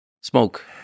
smoke